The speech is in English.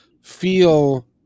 feel